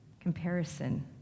Comparison